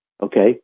Okay